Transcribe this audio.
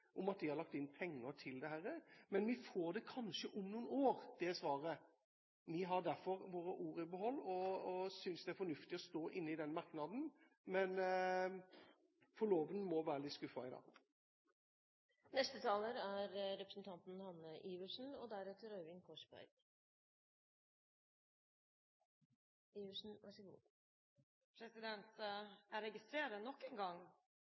om at de har lagt inn penger til dette. Men vi får kanskje det svaret om noen år. Vi har derfor våre ord i behold, og synes det er fornuftig å stå inne i den merknaden. Men forloveden må være litt skuffet i dag. Jeg registrerer nok en gang